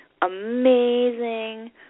amazing